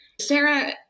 Sarah